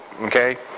Okay